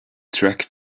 track